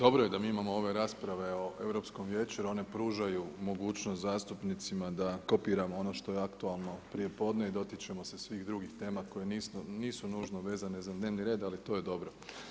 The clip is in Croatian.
Dobro je da mi imamo ove rasprave o Europskom vijeću jer one pružaju mogućnost zastupnicima da kopiramo ono što je aktualno prijepodne i dotičemo se svih drugih tema koje nisu nužno vezane za dnevni red, ali to je dobro.